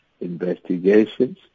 investigations